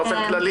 באופן כללי,